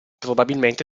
probabilmente